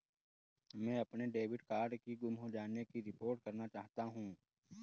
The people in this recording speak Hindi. मैं अपने डेबिट कार्ड के गुम हो जाने की रिपोर्ट करना चाहता हूँ